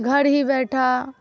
گھر ہی بیٹھا